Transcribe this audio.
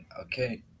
okay